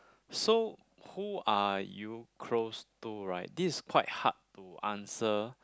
so who are you close to right this is quite hard to answer